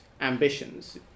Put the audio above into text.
ambitions